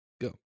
go